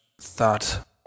thought